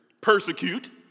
persecute